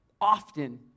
often